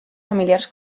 familiars